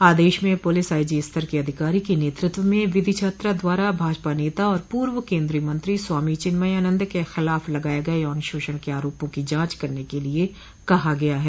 आदेश में police IG स्तर के अधिकारी के नेतृत्व में विधि छात्रा द्वारा भाजपा नेता और पूर्व केन्द्रीय मंत्री स्वामी चिन्मयानन्द के खिलाफ लगाये गये यौन शोषण के आरोपों की जांच करने के लिये कहा गया है